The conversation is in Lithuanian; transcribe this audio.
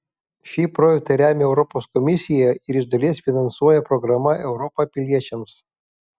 šį projektą remia europos komisija ir iš dalies finansuoja programa europa piliečiams